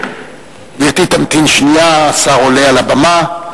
גברתי תמתין שנייה, השר עולה על הבמה.